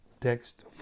Text